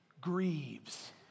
grieves